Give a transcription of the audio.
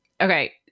Okay